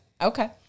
okay